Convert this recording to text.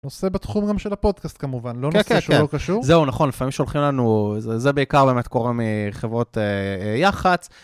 נושא בתחום גם של הפודקאסט כמובן, לא נושא שהוא לא קשור. זהו נכון, לפעמים שולחים לנו, זה בעיקר באמת קורה מחברות יח"צ.